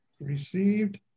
received